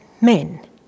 men